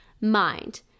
mind